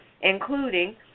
including